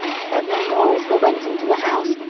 i heard no more, as they went into the house,